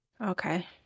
Okay